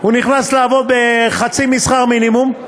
הוא נכנס לעבוד בחצי משכר מינימום,